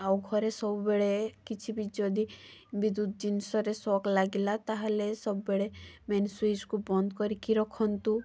ଆଉ ଘରେ ସବୁବେଳେ କିଛି ବି ଯଦି ବିଦ୍ୟୁତ୍ ଜିନିଷରେ ସକ୍ ଲାଗିଲା ତା'ହେଲେ ସବୁବେଳେ ମେନ୍ ସୁଇଚ୍କୁ ବନ୍ଦ କରିକି ରଖନ୍ତୁ